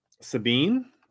Sabine